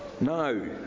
No